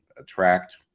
attract